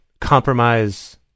compromise